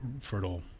fertile